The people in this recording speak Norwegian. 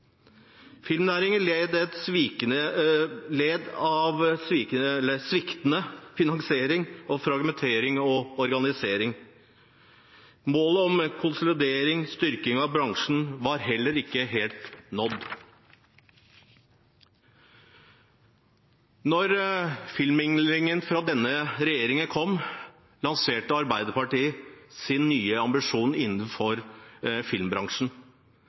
Filmnæringen led av sviktende finansiering og fragmentert organisering. Målet om en konsolidering og styrking av bransjen var heller ikke helt nådd. Da filmmeldingen fra denne regjeringen kom, lanserte Arbeiderpartiet sin nye ambisjon innenfor filmbransjen,